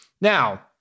Now